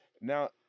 Now